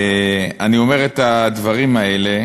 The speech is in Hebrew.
אני אומר את הדברים האלה,